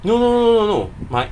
no no no no no but